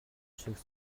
шиг